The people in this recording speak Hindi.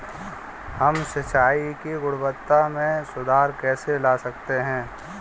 हम सिंचाई की गुणवत्ता में सुधार कैसे ला सकते हैं?